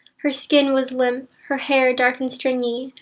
her skin was limp, her hair dark and stringy.